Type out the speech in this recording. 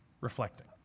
reflecting